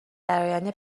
درآینده